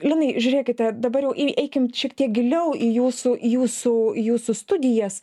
linai žiūrėkite dabar jau eikim šiek tiek giliau į jūsų į jūsų į jūsų studijas